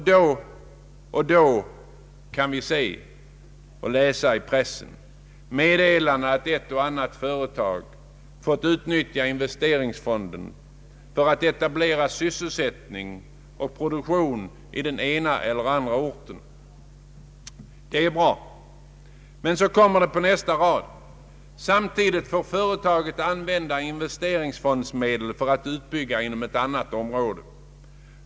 Då och då kan vi i pressen läsa meddelanden om att ett eller annat företag fått utnyttja investeringsfonden för att etablera sysselsättning och produktion i den ena eller andra orten. Det är bra. Men så kommer det på nästa rad: Samtidigt får företaget använda investeringsfondsmedel för en utbyggnad inom ett annat område.